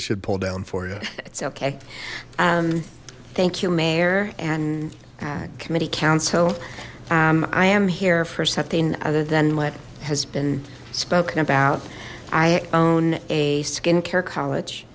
should pull down for you it's okay um thank you mayor and committee council i am here for something other than what has been spoken about i own a skincare college